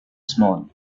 small